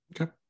Okay